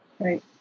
Right